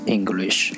English